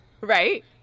Right